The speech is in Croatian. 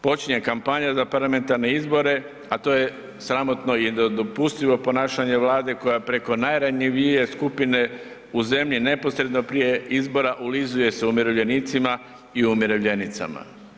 Počinje kampanja za parlamentarne izbore a to je sramotno i nedopustivo ponašanje Vlade koja preko najranjivije skupine u zemlji neposredno prije izbora, ulizuje se umirovljenicima i umirovljenicama.